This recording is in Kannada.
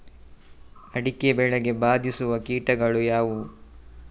ಅಡಿಕೆ ಬೆಳೆಗೆ ಬಾಧಿಸುವ ಕೀಟಗಳು ಯಾವುವು?